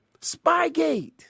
Spygate